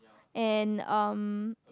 and um